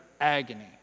agony